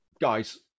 guys